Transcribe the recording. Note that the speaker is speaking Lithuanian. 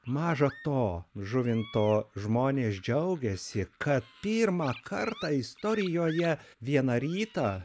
maža to žuvinto žmonės džiaugėsi kad pirmą kartą istorijoje vieną rytą